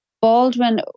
Baldwin